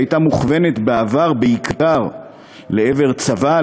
שהייתה מוכוונת בעבר בעיקר לעבר צבא,